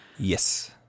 Yes